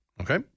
Okay